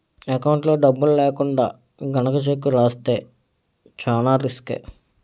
ఎకౌంట్లో డబ్బులు లేకుండా గనక చెక్కు రాస్తే చానా రిసుకే